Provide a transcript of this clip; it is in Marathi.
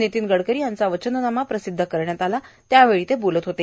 नितीन गडकरी यांचा वचननामा प्रसिध्द करण्यात आला तेव्हा ते बोलत होते